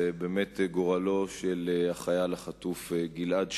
זה באמת גורלו של החייל החטוף גלעד שליט,